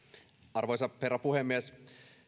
arvoisa herra puhemies